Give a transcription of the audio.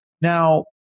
Now